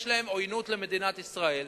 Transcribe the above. יש להם עוינות למדינת ישראל,